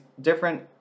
different